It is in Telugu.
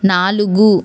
నాలుగు